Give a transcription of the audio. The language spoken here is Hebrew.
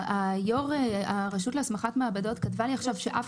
יושב-ראש הרשות להסמכת מעבדות כתבה לי עכשיו שאף